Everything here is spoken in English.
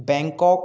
Bangkok